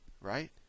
Right